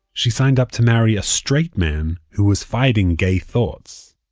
she signed up to marry a straight man who was fighting gay thoughts.